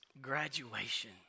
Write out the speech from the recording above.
graduation